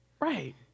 right